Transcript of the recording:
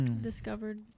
discovered